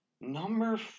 Number